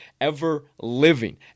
ever-living